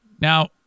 Now